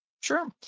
Sure